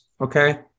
okay